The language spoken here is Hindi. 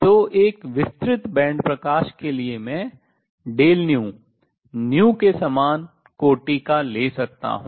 तो एक विस्तृत बैंड प्रकाश के लिए मैं के समान कोटि का ले सकता हूँ